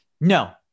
no